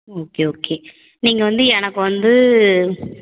okay okay நீங்கள் வந்து எனக்கு வந்து